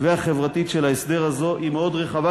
והחברתית של ההסדר הזה היא מאוד רחבה,